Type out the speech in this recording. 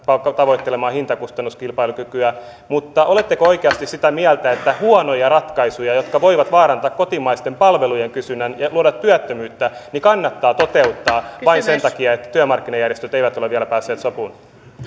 tavoittelemaan hintakustannuskilpailukykyä mutta oletteko oikeasti sitä mieltä että huonoja ratkaisuja jotka voivat vaarantaa kotimaisten palvelujen kysynnän ja luoda työttömyyttä kannattaa toteuttaa vain sen takia että työmarkkinajärjestöt eivät ole vielä päässeet sopuun